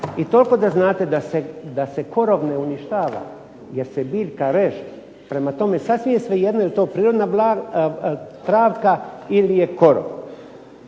I toliko da znate da se korov ne uništava, jer se biljka reže. Prema tome, sasvim je svejedno jeli to prirodna travka ili je korov.